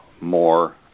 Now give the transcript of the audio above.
more